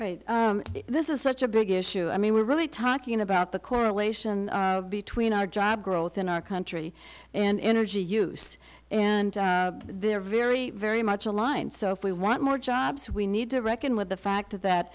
but this is such a big issue i mean we're really talking about the correlation between our job growth in our country and energy use and they are very very much aligned so if we want more jobs we need to reckon with the fact that